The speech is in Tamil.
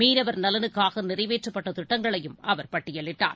மீனவர் நலனுக்காகநிறைவேற்றப்பட்டதிட்டங்களையும் அவர் பட்டியலிட்டார்